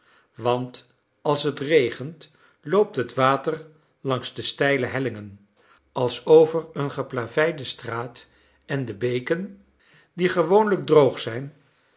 want als het regent loopt het water langs de steile hellingen als over een geplaveide straat en de beken die gewoonlijk droog zijn